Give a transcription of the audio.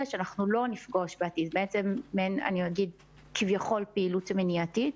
שלא נפגוש בעתיד אירועים מסוימים מעין כביכול פעילות מניעתית.